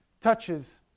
touches